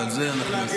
ואת זה אנחנו נעשה.